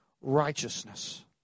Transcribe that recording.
righteousness